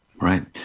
Right